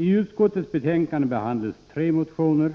I utskottets betänkande behandlas tre motioner,